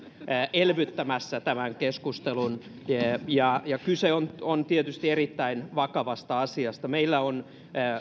elvyttämässä tämän keskustelun kyse on on tietysti erittäin vakavasta asiasta meillä on